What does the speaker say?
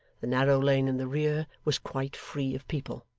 the narrow lane in the rear was quite free of people.